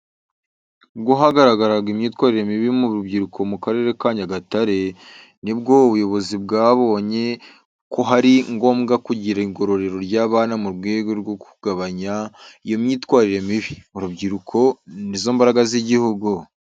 Ubwo hagaragaraga imyitwarire mibi mu rubyiruko mu Karere ka Nyagatare, nibwo ubuyobozi bwabonye ko ari ngombwa kugira igororero ry’abana mu rwego rwo kugabanya iyo myitwarire mibi. Urubyiruko ni zo mbaraga z’igihugu.